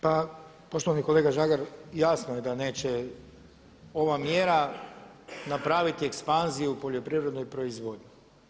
Pa poštovani kolega Žagar, jasno je da neće ova mjera napraviti ekspanziju u poljoprivrednoj proizvodnji.